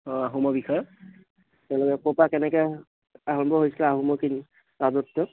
আহোমৰ বিষয়ে তেওঁলোকে ক'ৰ পৰা কিদৰে আৰম্ভ হৈছিলে আহোমৰ কিং আহোমৰ ৰাজত্ব